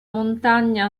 montagna